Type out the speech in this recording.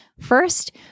First